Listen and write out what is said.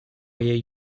jej